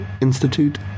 Institute